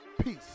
Peace